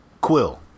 Quill